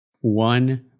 One